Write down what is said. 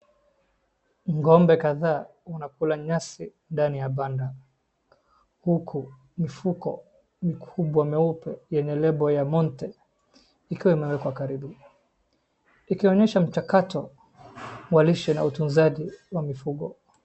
Ng'ombe kadhaa wanakula nyasi ndani ya banda huku mfuko mkubwa meupe yenye label ya Monte ikiwa imewekwa karibu, ikionyesha mchakato wa lishe na utunzaji wa mifugo.